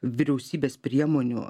vyriausybės priemonių